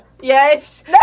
Yes